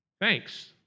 thanks